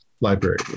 library